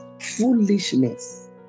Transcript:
foolishness